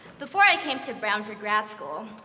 before i came to brown for grad school,